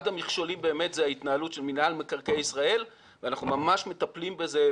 אחד המכשולים הוא התנהלות רשות מקרקעי ישראל ואנחנו ממש מטפלים בזה,